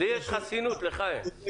לי יש חסינות, לך אין.